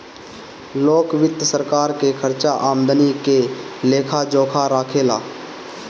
लोक वित्त सरकार के खर्चा आमदनी के लेखा जोखा राखे ला